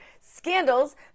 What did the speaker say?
scandals